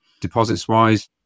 Deposits-wise